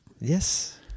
Yes